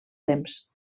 temps